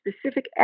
specific